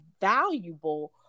valuable